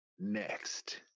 Next